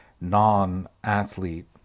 non-athlete